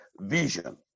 vision